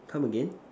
come again